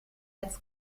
als